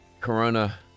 corona